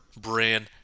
brand